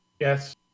Yes